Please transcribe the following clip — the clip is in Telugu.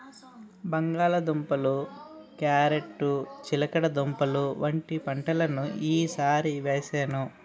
బంగాళ దుంపలు, క్యారేట్ చిలకడదుంపలు వంటి పంటలను ఈ సారి వేసాను